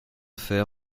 fer